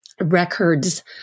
records